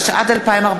התשע"ד 2014,